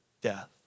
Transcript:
death